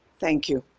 thank you.